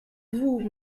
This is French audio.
vous